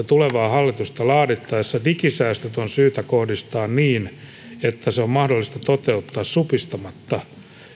tulevaa hallitusohjelmaa laadittaessa digisäästöt on syytä kohdistaa niin että ne on mahdollista toteuttaa supistamatta